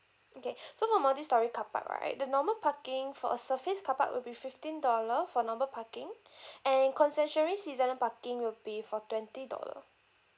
okay so for multi storey car park right the normal parking for a surface car park will be fifteen dollar for normal parking and concessionary seasonal parking will be for twenty dollar